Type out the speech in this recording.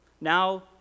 now